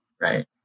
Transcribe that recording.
right